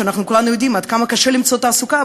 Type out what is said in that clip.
וכולנו יודעים עד כמה קשה למצוא תעסוקה,